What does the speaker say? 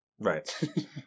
Right